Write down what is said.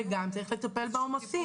וגם צריך לטפל בעומסים.